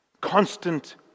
Constant